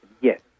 Yes